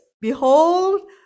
Behold